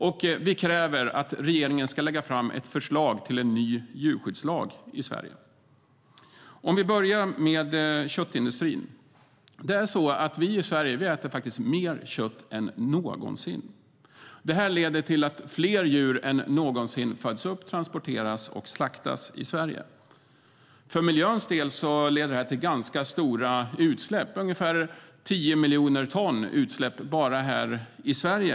Och vi kräver att regeringen ska lägga fram ett förslag till ny djurskyddslag i Sverige.I fråga om köttindustrin är det på det sättet att vi i Sverige äter mer kött än någonsin. Det leder till att fler djur än någonsin föds upp, transporteras och slaktas i Sverige. För miljöns del leder det till ganska stora utsläpp, ungefär 10 miljoner ton utsläpp bara här i Sverige.